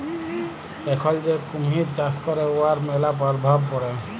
এখল যে কুমহির চাষ ক্যরে উয়ার ম্যালা পরভাব পড়ে